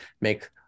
make